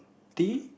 tea